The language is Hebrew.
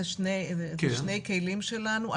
אלה שני כלים שלנו,